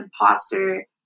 imposter